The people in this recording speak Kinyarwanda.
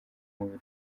umubiri